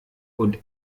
und